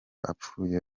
apfuye